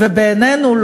ובעינינו,